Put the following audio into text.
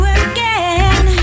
again